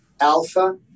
alpha